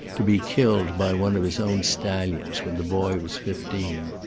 to be killed by one of his own stallions when the boy was fifteen.